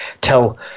tell